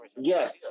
Yes